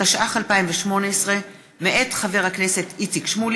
התשע"ח 2018, מאת חברת הכנסת טלי פלוסקוב,